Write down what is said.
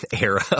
era